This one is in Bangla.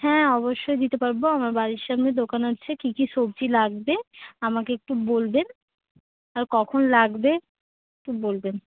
হ্যাঁ অবশ্যই দিতে পারব আমার বাড়ির সামনে দোকান আছে কি কি সবজি লাগবে আমাকে একটু বলবেন আর কখন লাগবে একটু বলবেন